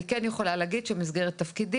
אני כן יכולה להגיד שבמסגרת תפקידי